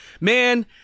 man